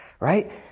Right